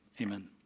amen